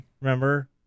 Remember